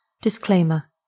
Disclaimer